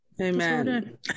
Amen